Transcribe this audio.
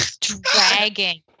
dragging